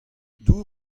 dour